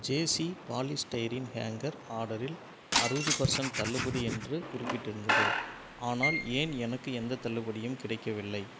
ஜேஸீ polystyrene hanger ஆர்டரில் அறுபது percent தள்ளுபடி என்று குறிப்பிட்டிருந்தது ஆனால் ஏன் எனக்கு எந்தத் தள்ளுபடியும் கிடைக்கவில்லை